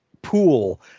pool